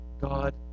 God